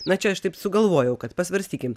na čia aš taip sugalvojau kad pasvarstykim